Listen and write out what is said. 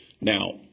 Now